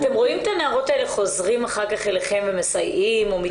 אתם רואים את הנערות האלה חוזרות אחר כך אליכם ומסייעים או מתנדבים?